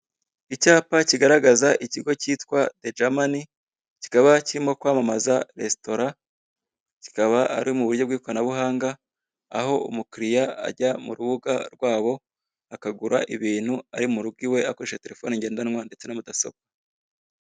Icyapa kigaragaza ikigo cyitwa "A Germany", kikaba kirimo kwamamaza resitora, kikaba ari mu buryo bw'ikoranabuhanga, aho umukiriya ajya mu rubuga rwabo akagura ibintu ari mu rugo iwe akoresha terefoni ngendanwa ndetse na mudasobwa.